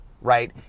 right